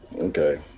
Okay